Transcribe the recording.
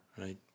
Right